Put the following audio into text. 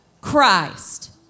Christ